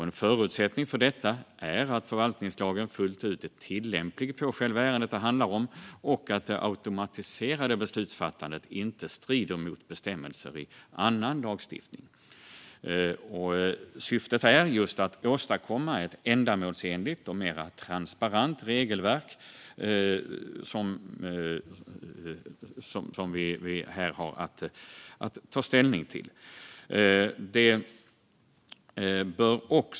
En förutsättning för detta är att förvaltningslagen fullt ut är tillämplig på det ärende det handlar om och att det automatiserade beslutsfattandet inte strider mot bestämmelser i annan lagstiftning. Syftet är just att åstadkomma ett ändamålsenligt och mer transparent regelverk. Det har vi här att ta ställning till.